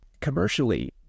commercially